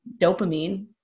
dopamine